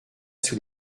sous